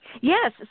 Yes